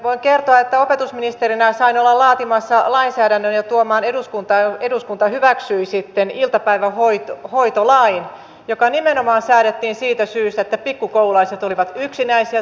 voin kertoa että opetusministerinä sain olla laatimassa lainsäädännön ja tuomaan sen eduskuntaan ja eduskunta hyväksyi sitten iltapäivähoitolain joka nimenomaan säädettiin siitä syystä että pikku koululaiset olivat yksinäisiä